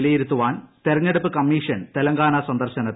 വിലയിരുത്താൻ തെരഞ്ഞടുപ്പ് കമ്മീഷൻ തെലങ്കാന സന്ദർശനത്തിൽ